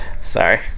Sorry